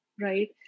right